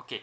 okay